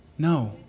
No